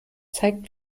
zeigt